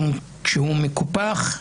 גם כשהוא מקופח?